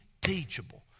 teachable